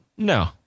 No